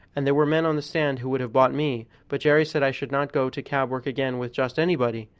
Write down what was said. and there were men on the stand who would have bought me but jerry said i should not go to cab work again with just anybody,